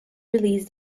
release